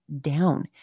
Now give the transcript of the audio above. down